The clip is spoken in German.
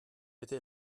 bitte